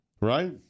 Right